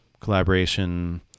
collaboration